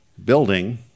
Building